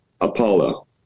Apollo